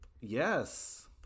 Yes